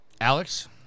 Alex